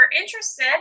interested